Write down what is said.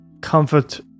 comfort